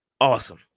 Awesome